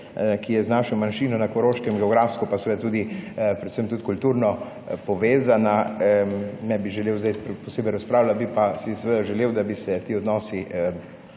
ki je z našo manjšino na Koroškem geografsko pa seveda tudi predvsem kulturno povezana, ne bi želel sedaj posebej razpravljati, bi si pa seveda želel, da bi se ti odnosi